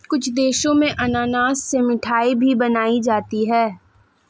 कुछ देशों में अनानास से मिठाई भी बनाई जाती है